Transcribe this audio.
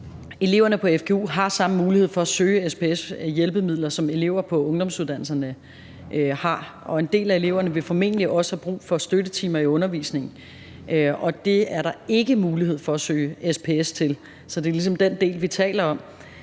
Eleverne på fgu har samme mulighed for at søge SPS-hjælpemidler, som eleverne på ungdomsuddannelserne har. En del af eleverne vil formentlig også have brug for støttetimer i undervisningen, og det er der ikke mulighed for at søge SPS til, så det er ligesom den del, vi taler om.